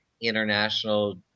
international